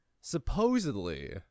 Supposedly